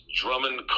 Drummond